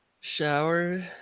Shower